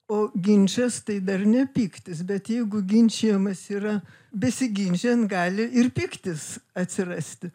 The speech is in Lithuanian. o ginčas tai dar ne pyktis bet jeigu ginčijamasi yra besiginčijant gali ir pyktis atsirasti